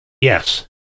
Yes